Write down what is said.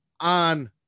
on